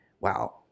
Wow